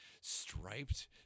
striped